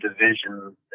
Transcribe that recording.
division